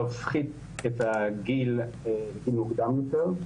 להפחית את הגיל לגיל מוקדם יותר.